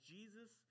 Jesus